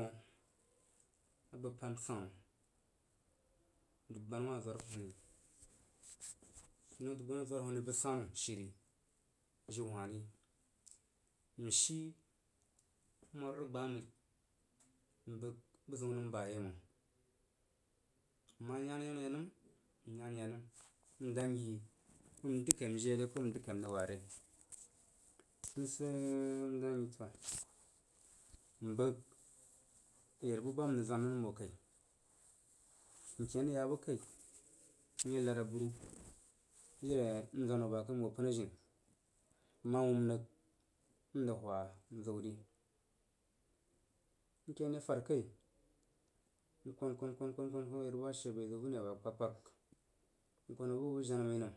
Koh a bəg pan sanu dub gbana wah zorwheni kona dub gbana wah zworwhoni bu sanu shiri bu jin hah ri, n shi amar rəg gbah məi m ma yan ayana ya nəm n yan yanəm. N dan nyi məng n dəgkuri n rəg jii re ko n dəng kai n waa re? N sid sid sid n dang yi toa bari nya bo ka, n bəg a yar bu ba nrəg zwan nəm bo kai, n ken nye ya bo kai n ye nad nburu jiri a nzwan hoo ba kai n hoo pən a jini mu wum rəg jiri a rəg hwa, n ziw ri n ken ye fad kai, n kon kon kon kon hoo ayarba ba jhe bəi zəu vunri ba nəm kpagkpag n kan hoo bə bu jena məi nəm